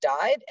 died